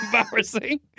embarrassing